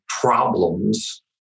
problems